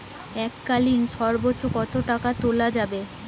এককালীন সর্বোচ্চ কত টাকা তোলা যাবে?